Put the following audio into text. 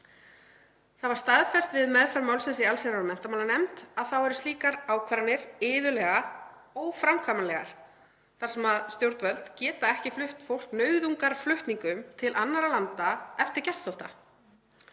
„Svo sem staðfest var við meðferð málsins í allsherjar- og menntamálanefnd eru slíkar ákvarðanir iðulega óframkvæmanlegar þar eð stjórnvöld geta ekki flutt fólk nauðungarflutningum til annarra landa eftir geðþótta.